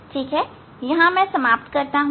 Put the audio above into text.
मैं यहां समाप्त करता हूं